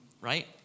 right